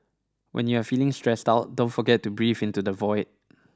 when you are feeling stressed out don't forget to breathe into the void